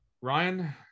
Ryan